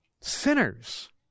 Sinners